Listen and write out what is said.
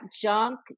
junk